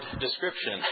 description